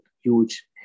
huge